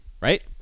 right